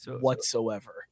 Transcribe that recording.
whatsoever